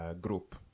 group